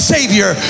Savior